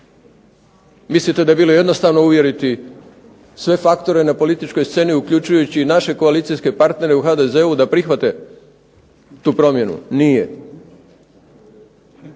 Mislite da je bilo jednostavno uvjeriti sve faktore na političkoj sceni uključujući i naše koalicijske partnere u HDZ-u da prihvate tu promjenu. Nije.